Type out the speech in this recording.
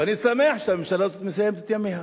ואני שמח שהממשלה הזאת מסיימת את ימיה,